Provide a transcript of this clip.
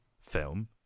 film